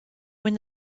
when